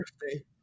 birthday